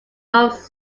most